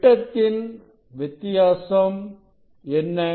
விட்டத்தின் வித்தியாசம் என்ன